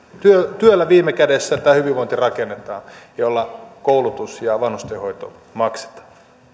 työllä työllä viime kädessä tämä hyvinvointi rakennetaan jolla koulutus ja vanhustenhoito maksetaan